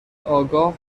آگاه